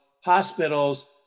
hospitals